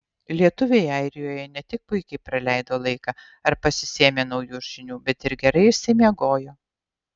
lietuviai airijoje ne tik puikiai praleido laiką ar pasisėmė naujų žinių bet ir gerai išsimiegojo